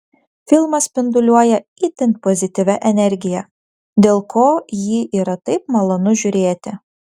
filmas spinduliuoja itin pozityvia energija dėl ko jį yra taip malonu žiūrėti